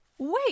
wait